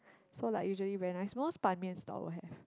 so like usually very nice most Ban Mian stall will have